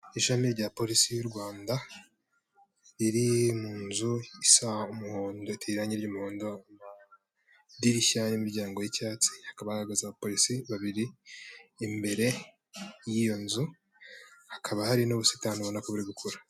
Ishami rya polisi y'u Rwanda, riri mu nzu isa umuhondo iteye irange ry'umuhondo, idirishya n'imiryango y'icyatsi hakaba ahahagaze abapolisi babiri, imbere y'iyo nzu, hakaba hariho n'ubusitani uibona ko buri gukura.